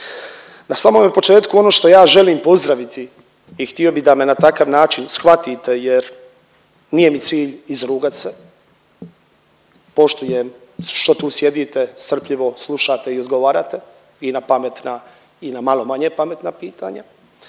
Na samome početku, ono što ja želim pozdraviti i htio bih da me na takav način shvatite jer nije mi cilj izrugat se, poštujem što tu sjedite, strpljivo slušate i odgovarate i na pametna i na malo manje pametna pitanja.